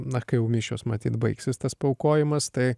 na kai jau mišios matyt baigsis tas paaukojimas tai